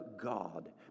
God